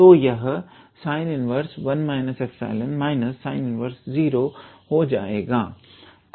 तो यह sin−11−𝜀−sin−10 हो जाएगा